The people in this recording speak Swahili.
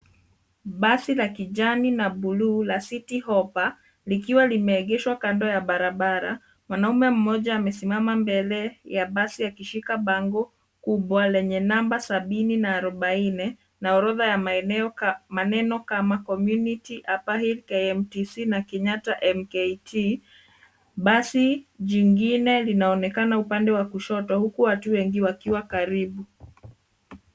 Basi la kijani na buluu la City Hopper, likiwa limeegeshwa kando ya barabara, mwanaume mmoja amesimama mbele ya basi akishika bango kubwa lenye namba sabini na arubaini, na orodha ya maeneo kama Community, Upperhill, KMTC na Kenyatta MKT. Basi jingine linaonekana upande wa kushoto, huku watu wengi wakiwa karibu.